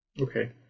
Okay